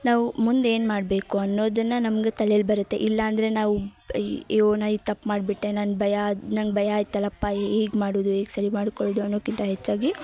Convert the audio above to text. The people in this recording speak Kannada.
ನಾವು ಮುಂದೇನು ಮಾಡಬೇಕು ಅನ್ನೋದನ್ನು ನಮ್ಗೆ ತಲೆಯಲ್ಲಿ ಬರುತ್ತೆ ಇಲ್ಲ ಅಂದರೆ ನಾವು ಈ ಅಯ್ಯೋ ನಾ ಇದು ತಪ್ಪು ಮಾಡ್ಬಿಟ್ಟೆ ನನ್ನ ಭಯ ನಂಗೆ ಭಯ ಆಯಿತಲ್ಲಪ್ಪ ಹೇಗೆ ಮಾಡೋದು ಹೇಗೆ ಸರಿ ಮಾಡ್ಕೊಳ್ಳೋದು ಅನ್ನೋಕ್ಕಿಂತ ಹೆಚ್ಚಾಗಿ